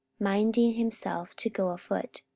minding himself to go afoot.